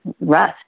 rest